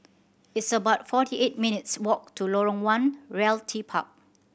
it's about forty eight minutes' walk to Lorong One Realty Park